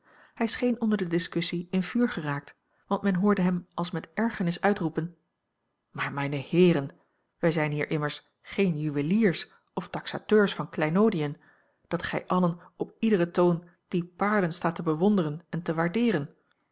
hij scheen onder de discussie in vuur geraakt want men hoorde hem als met ergernis uitroepen maar mijne heeren wij zijn hier immers geen juweliers of taxateurs van kleinoodiën dat gij allen op iederen toon die paarlen staat te bewonderen en te waardeeren